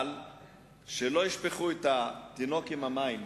שלא ישפכו את התינוק עם המים.